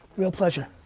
real pleasure.